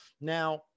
Now